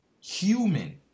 human